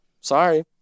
sorry